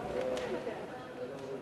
מי